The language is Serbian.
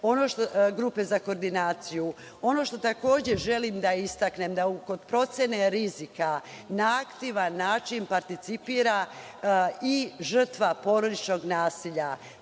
što takođe želim da istaknem da kod procene rizika na aktivan način participira i žrtva porodičnog nasilja.